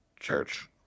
church